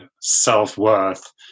self-worth